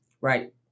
Right